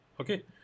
okay